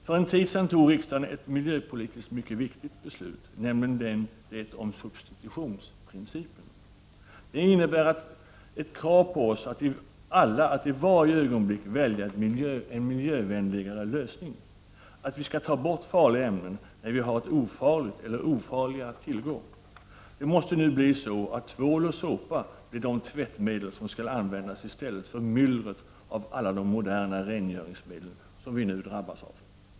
För en tid sedan fattade riksdagen ett miljöpolitiskt mycket viktigt beslut, nämligen det om substitutionsprincipen. Det innebär ett krav på oss alla att i varje ögonblick välja en miljövänligare lösning, att ta bort farliga ämnen när det finns ett ofarligt eller mindre farligt att tillgå. Tvål och såpa måste nu bli de tvättmedel som skall användas i stället för det myller av moderna rengöringsmedel vi drabbas av.